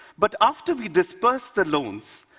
but after we disbursed the loans,